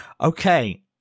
Okay